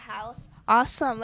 house awesome